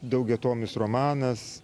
daugiatomis romanas